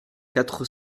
quatre